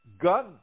gun